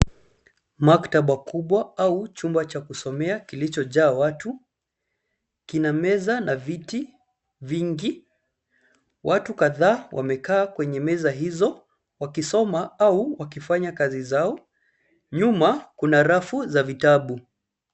Maktaba kubwa, au, chumba cha kusomea, kilichojaa watu, kina meza, na viti, vingi, watu kadhaa, wamekaa, kwenye meza hizo, wakisoma, au wakifanya kazi zao, nyuma, kuna rafu za vitabu.